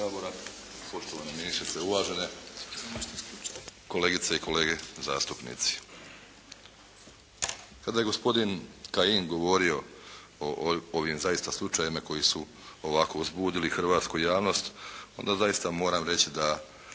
Kada je gospodin Kajin govorio o ovim zaista slučajevima koji su ovako uzbudili hrvatsku javnost, onda zaista moram reći da